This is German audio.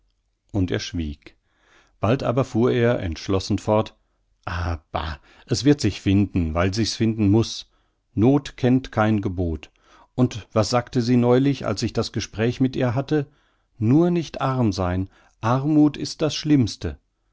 und er schwieg bald aber fuhr er entschlossen fort ah bah es wird sich finden weil sich's finden muß noth kennt kein gebot und was sagte sie neulich als ich das gespräch mit ihr hatte nur nicht arm sein armuth ist das schlimmste